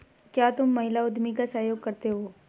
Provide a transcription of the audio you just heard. क्या तुम महिला उद्यमी का सहयोग करते हो?